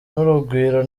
n’urugwiro